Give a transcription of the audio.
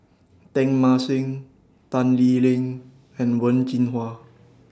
Teng Mah Seng Tan Lee Leng and Wen Jinhua